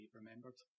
remembered